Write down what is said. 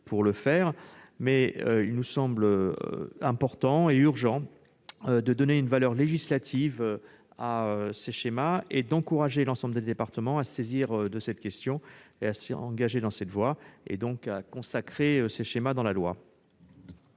pour le faire, mais il nous semble important et urgent de donner une valeur législative à ces schémas et d'encourager l'ensemble des départements à se saisir de cette question et à s'engager dans cette voie. Les cinq amendements suivants sont